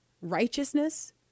righteousness